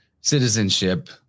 citizenship